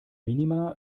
minima